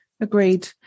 agreed